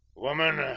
woman,